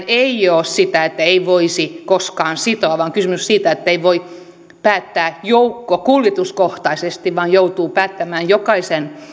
ei ole siitä että ei voisi koskaan sitoa vaan kysymys on siitä että ei voi päättää joukkokuljetuskohtaisesti vaan on päätettävä jokaisen